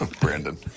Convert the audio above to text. brandon